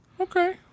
Okay